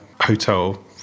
hotel